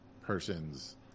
person's